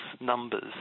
numbers